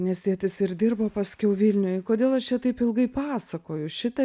nes tėtis ir dirbo paskiau vilniuj kodėl aš čia taip ilgai pasakoju šitą